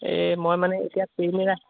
এই মই মানে এতিয়া ট্ৰেইনেৰে